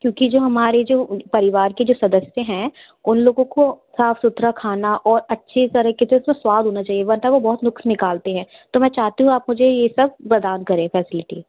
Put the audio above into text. क्योंकि जो हमारे जो परिवार के जो सदस्य हैं उन लोगों को साफ़ सुथरा खाना और अच्छे तरीक़े से उस में स्वाद होना चाहिए वरना वो बहुत नुक़्स निकालते हैं तो मैं चाहती हूँ आप मुझे ये सब प्रदान करें फैसिलिटी